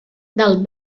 del